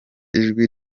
ijwi